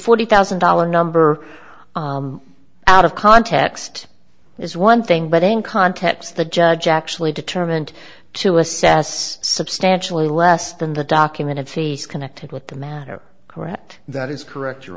forty thousand dollars number out of context is one thing but in context the judge actually determined to assess substantially less than the documented fees connected with the matter correct that is correct